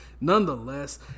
nonetheless